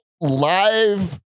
live